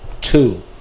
two